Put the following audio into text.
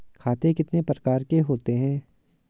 खाते कितने प्रकार के होते हैं?